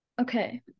Okay